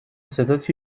صدات